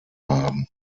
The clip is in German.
haben